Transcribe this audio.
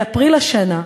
באפריל השנה,